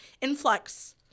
influx